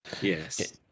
Yes